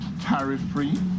tariff-free